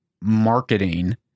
marketing